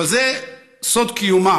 אבל זה סוד קיומה.